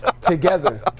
Together